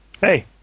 Hey